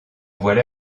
voilà